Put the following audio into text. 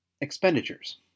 Expenditures